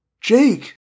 Jake